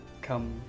come